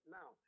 Now